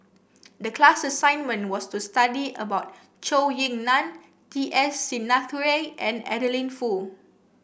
the class assignment was to study about Zhou Ying Nan T S Sinnathuray and Adeline Foo